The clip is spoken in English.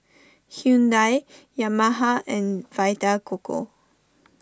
Hyundai Yamaha and Vita Coco